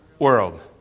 world